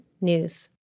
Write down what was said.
News